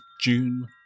June